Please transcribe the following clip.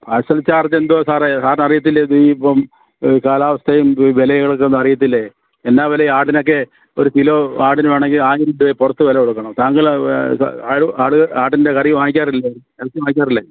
parcel charge എന്തുവാ സാറേ സാറിന് അറിയത്തില്ലേ ഇത് ഇപ്പം കാലാവസ്ഥയും വിലകളൊക്കെയൊന്നും അറിയത്തില്ലേ എന്നാൽ വിലയാന്ന ആടിനൊക്കെ ഒരു കിലോ ആടിനെ വേണമെങ്കിൽ ആയിരം രുപയാണ് പുറത്ത് വില കൊടുക്കണം താങ്കൾ ആട് ആട് ആട്ടിൻ്റെ കറി വാങ്ങിക്കാറില്ലേ ഇറച്ചി വാങ്ങിക്കാറില്ലേ